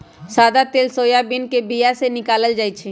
सदा तेल सोयाबीन के बीया से निकालल जाइ छै